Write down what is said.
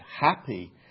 happy